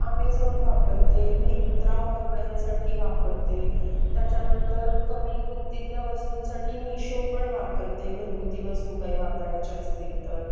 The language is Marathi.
अमेझॉन वापरते मिंत्रा कपड्यांसाठी वापरते त्याच्यानंतर कमी किंमतीतल्या वस्तूंसाठी मिशो पण वापरते घरगुती वस्तू काही वापरायच्या असतील तर